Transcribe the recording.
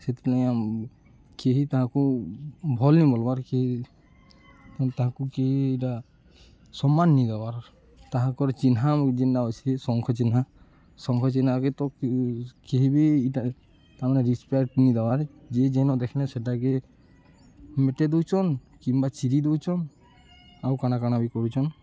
ସେଥିଲାଗି କେହି ତାହାକୁ ଭଲ୍ ନି ବଲ୍ବାର୍ କେହି ତାହାକୁ କେହି ଇଟା ସମ୍ମାନ୍ ନିଦେବାର୍ ତାହାକର ଚିହ୍ନା ଯେନ୍ଟା ଅଛେ ଶଙ୍ଖ ଚିହ୍ନା ଶଙ୍ଖ ଚିହ୍ନାକେ ତ କେହି ବି ଇଟା ତାମାନେେ ରେସ୍ପେକ୍ଟ ନି ଦେବାର୍ ଯେ ଯେନ ଦେଖ୍ଲେ ସେଟାକେ ମେଟେଇ ଦଉଚନ୍ କିମ୍ବା ଚିରି ଦଉଚନ୍ ଆଉ କାଣା କାଣା ବି କରୁଚନ୍